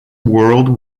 world